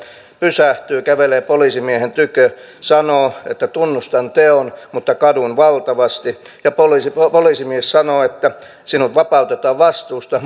pysähtyy kävelee poliisimiehen tykö sanoo että tunnustan teon mutta kadun valtavasti ja poliisimies sanoo että sinut vapautetaan vastuusta